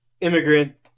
immigrant